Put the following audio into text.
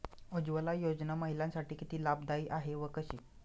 उज्ज्वला योजना महिलांसाठी किती लाभदायी आहे व कशी?